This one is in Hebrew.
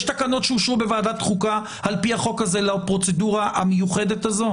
יש תקנות שאושרו בוועדת החוקה על פי החוק הזה לפרוצדורה המיוחדת הזו?